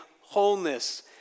wholeness